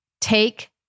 take